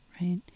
right